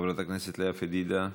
חברת הכנסת לאה פדידה.